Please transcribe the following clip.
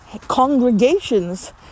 congregations